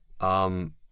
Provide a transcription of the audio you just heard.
Um